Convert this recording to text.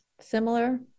similar